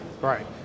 Right